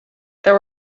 there